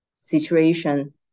situation